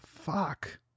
fuck